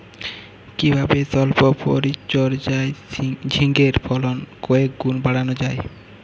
কিভাবে সল্প পরিচর্যায় ঝিঙ্গের ফলন কয়েক গুণ বাড়ানো যায়?